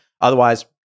Otherwise